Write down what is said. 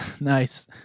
nice